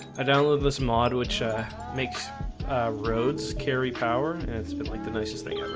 i download this mod which makes roads carry power and it's been like the nicest thing ever